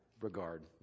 regard